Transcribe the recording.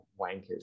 wankers